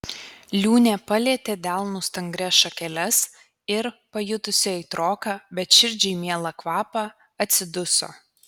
liūnė palietė delnu stangrias šakeles ir pajutusi aitroką bet širdžiai mielą kvapą atsiduso